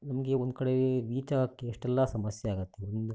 ನಮಗೆ ಒಂದು ಕಡೆ ರೀಚ್ ಆಗಕ್ಕೆ ಎಷ್ಟೆಲ್ಲ ಸಮಸ್ಯೆ ಆಗತ್ತೆ ನಿಮ್ಮದು